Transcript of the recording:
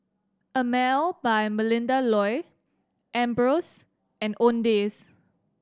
Emel by Melinda Looi Ambros and Owndays